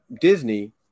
Disney